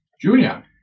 Junior